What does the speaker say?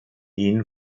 ihn